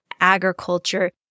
agriculture